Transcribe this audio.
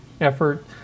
effort